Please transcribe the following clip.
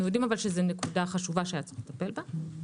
אבל אנו יודעים שזו נקודה חשובה שהיה צריך לטפל בה.